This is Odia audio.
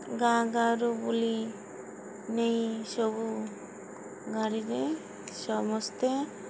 ଗାଁ ଗାଁରୁ ବୁଲି ନେଇ ସବୁ ଗାଡ଼ିରେ ସମସ୍ତେ